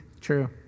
true